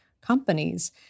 companies